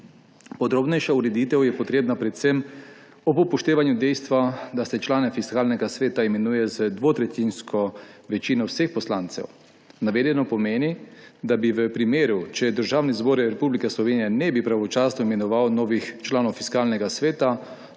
Podrobnejša ureditev je potrebna predvsem ob upoštevanju dejstva, da se člane Fiskalnega sveta imenuje z dvotretjinsko večino vseh poslancev. Navedeno pomeni, da v primeru, če Državni zbor Republike Slovenije ne bi pravočasno imenoval novih članov Fiskalnega sveta,